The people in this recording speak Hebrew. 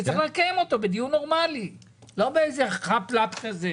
שצריך לקיים אותו בדיון נורמלי ולא ב-חאפ לאפ כזה.